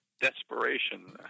desperation